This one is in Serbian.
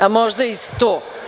A možda i 100.